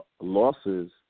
losses